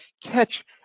catch